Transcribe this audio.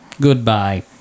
goodbye